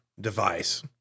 device